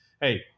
hey